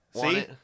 See